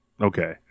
Okay